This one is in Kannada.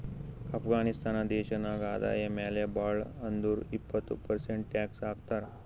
ಅಫ್ಘಾನಿಸ್ತಾನ್ ದೇಶ ನಾಗ್ ಆದಾಯ ಮ್ಯಾಲ ಭಾಳ್ ಅಂದುರ್ ಇಪ್ಪತ್ ಪರ್ಸೆಂಟ್ ಟ್ಯಾಕ್ಸ್ ಹಾಕ್ತರ್